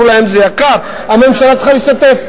אמרו להם: זה יקר, הממשלה צריכה להשתתף.